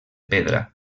pedra